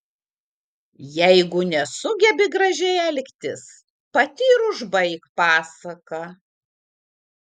jeigu nesugebi gražiai elgtis pati ir užbaik pasaką